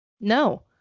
no